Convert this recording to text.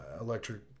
electric